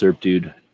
Dude